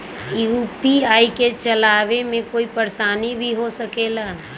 UPI के चलावे मे कोई परेशानी भी हो सकेला?